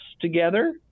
together